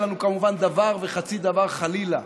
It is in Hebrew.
אין לנו כמובן דבר וחצי דבר, חלילה,